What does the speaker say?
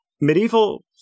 Medieval